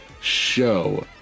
show